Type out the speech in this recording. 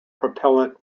propellant